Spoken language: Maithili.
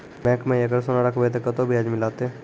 बैंक माई अगर सोना राखबै ते कतो ब्याज मिलाते?